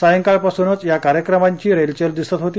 सायंकाळपासूनच या कार्यक्रमांची रेलचेल दिसत होती